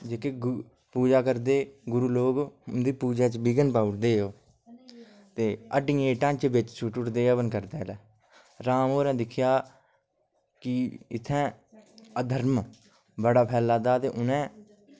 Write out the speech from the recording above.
जेह्के पूजा करदे गुरु लोग उन्दी पूजा च बिघन पाउड़दे ओह् ते हड्डियें दे ढांचे बिच्च सुटुड़दे बिच्च हवन करदै बेल्लै राम होरैं दिक्खेआ कि इत्थैं अधर्म बड़ा फैला दा ते उ'नें